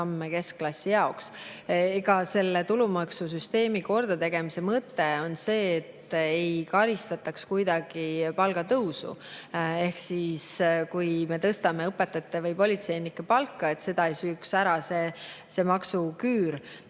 samme ka keskklassi jaoks. Tulumaksusüsteemi kordategemise mõte on see, et ei karistataks kuidagi palgatõusu. Ehk et siis, kui me tõstame õpetajate või politseinike palka, ei sööks seda [tõusu] ära see maksuküür,